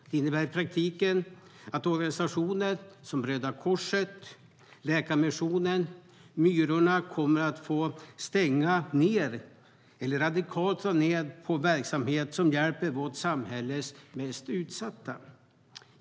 Det innebär i praktiken att organisationer som Röda Korset, Läkarmissionen och Myrorna kommer att få stänga ned eller radikalt dra ned på verksamhet som hjälper vårt samhälles mest utsatta.